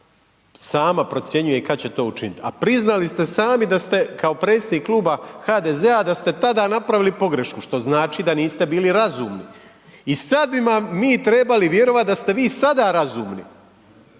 sama procjenjuje kad će to učiniti a priznali ste sami da ste kao predsjednik kluba HDZ-a da ste tada napravili pogrešku što znači da niste bili razumni. I sad bismo vam mi trebali vjerovati da ste vi sada razumni.